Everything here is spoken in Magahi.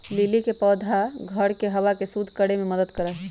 लिली के पौधा घर के हवा के शुद्ध करे में मदद करा हई